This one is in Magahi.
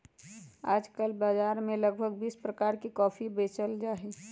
आजकल बाजार में लगभग बीस प्रकार के कॉफी बेचल जाहई